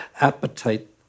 appetite